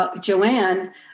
Joanne